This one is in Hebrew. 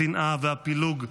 השנאה והפילוג,